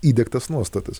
įdiegtas nuostatas